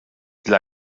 dla